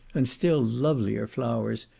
and still lovelier flowers,